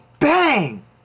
bang